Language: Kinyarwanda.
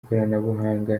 ikoranabuhanga